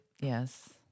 Yes